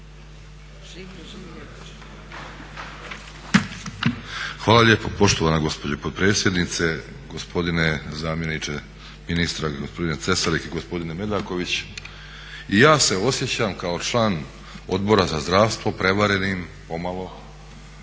Hvala lijepo poštovana gospođo potpredsjednice, gospodine zamjeniče ministra gospodine Cesarek i gospodine Medaković. I ja se osjećam kao član Odbora za zdravstvo prevarenim pomalo,